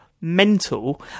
mental